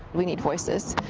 we need voices.